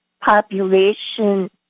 population